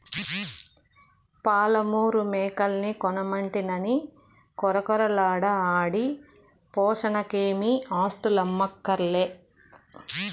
పాలమూరు మేకల్ని కొనమంటినని కొరకొరలాడ ఆటి పోసనకేమీ ఆస్థులమ్మక్కర్లే